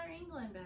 England